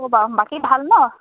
বাকী ভাল ন